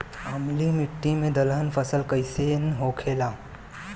अम्लीय मिट्टी मे दलहन फसल कइसन होखेला?